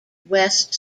west